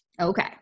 Okay